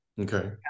okay